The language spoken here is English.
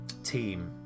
Team